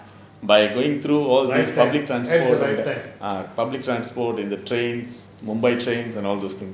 by going through all these public transit ah public transport and the trains mumbai trains and all those things